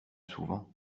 souvent